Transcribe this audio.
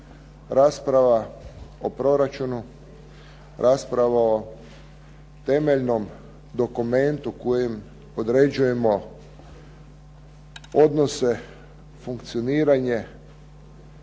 rasprava o proračunu, rasprava o temeljnom dokumentu kojem podređujemo odnose, funkcioniranje